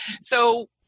So-